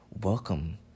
Welcome